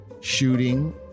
shooting